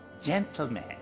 Gentlemen